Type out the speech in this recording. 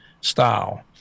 style